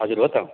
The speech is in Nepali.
हजुर हो त